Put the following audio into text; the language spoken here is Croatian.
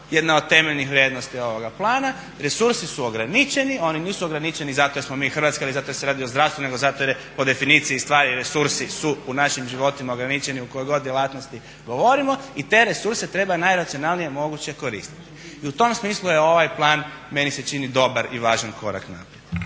jedna od temeljnih vrijednosti ovoga plana, resursi su ograničeni, oni nisu ograničeni zato jer smo mi Hrvatska ili zato jer se radi o zdravstvu nego zato jer je po definiciji stvari resursi su u našim životima ograničeni o kojoj god djelatnosti govorimo i te resurse treba najracionalnije moguće koristiti. I u tom smislu je ovaj plan meni se čini dobar i važan korak naprijed.